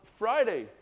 Friday